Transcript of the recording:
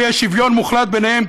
ויש שוויון מוחלט ביניהם,